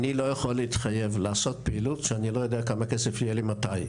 אני לא יכול להתחייב לעשות פעילות כשאני לא יודע כמה כסף יהיה לי ומתי,